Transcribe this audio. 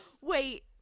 Wait